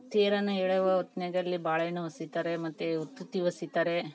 ತೇರನ್ನು ಎಳೆಯೊ ಹೊತ್ನಾಗ್ ಅಲ್ಲಿ ಬಾಳೆಹಣ್ಣು ಎಸಿತಾರೆ ಮತ್ತು ಉತ್ತುತ್ತಿ ಎಸಿತಾರೆ